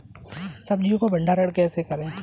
सब्जियों का भंडारण कैसे करें?